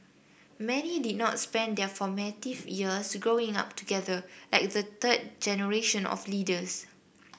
many did not spend their formative years Growing Up together like the third generation of leaders